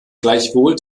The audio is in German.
gleichwohl